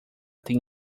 tem